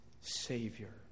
savior